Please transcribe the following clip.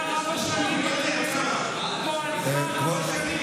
יש לך דוגמה מצוינת, דוגמה מצוינת, דוגמה מלפיד.